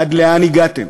עד לאן הגעתם?